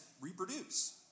reproduce